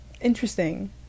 interesting